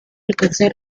alcanzar